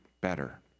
better